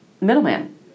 middleman